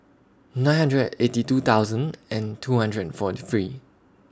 nine hundred eighty two thousand and two hundred and forty three